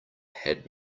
had